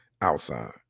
outside